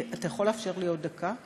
אתה יכול לאפשר לי עוד דקה?